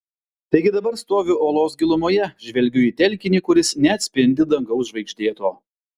taigi dabar stoviu olos gilumoje žvelgiu į telkinį kuris neatspindi dangaus žvaigždėto